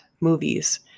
movies